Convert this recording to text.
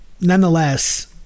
nonetheless